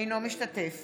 אינו משתתף